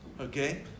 Okay